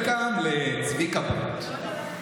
welcome לצביקה ברוט.